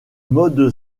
mode